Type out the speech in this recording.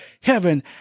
heaven